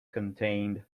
contained